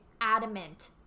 adamant